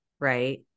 right